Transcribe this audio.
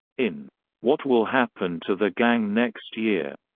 in what will happen to the gang next year?